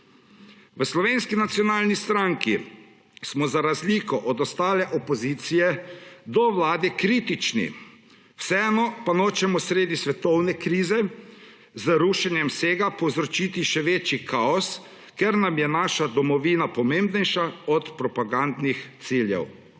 V Slovenski nacionalni stranki smo za razliko od ostale opozicije do vlade kritični, vseeno pa nočemo sredi svetovne krize z rušenjem vsega povzročiti še večji kaos, ker nam je naša domovina pomembnejša od propagandnih ciljev.